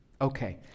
Okay